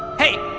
hey,